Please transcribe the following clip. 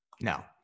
No